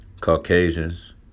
Caucasians